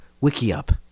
Wikiup